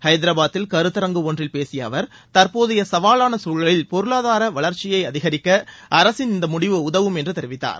ஹைதராபாதில் கருத்தரங்கு ஒன்றில் பேசிய அவர் தற்போதைய சவாலான சூழலில் பொருளாதார பொருளாதார வளர்ச்சியை அதிகரிக்க அரசின் இந்த முடிவு உதவும் என்று தெரிவித்தார்